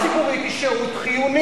אבל תחבורה ציבורית היא שירות חיוני.